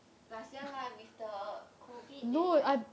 last year lah then with the COVID then like